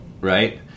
Right